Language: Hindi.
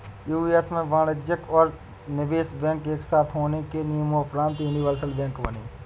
यू.एस में वाणिज्यिक और निवेश बैंक एक साथ होने के नियम़ोंपरान्त यूनिवर्सल बैंक बने